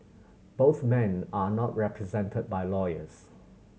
both men are not represented by lawyers